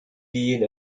being